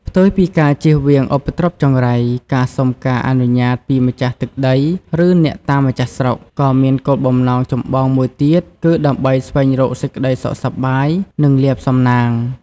ផ្ទុយពីការជៀសវាងឧបទ្រពចង្រៃ ការសុំការអនុញ្ញាតពីម្ចាស់ទឹកដី ឬអ្នកតាម្ចាស់ស្រុក ក៏មានគោលបំណងចម្បងមួយទៀតគឺដើម្បីស្វែងរកសេចក្តីសុខសប្បាយ និងលាភសំណាង។